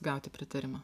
gauti pritarimą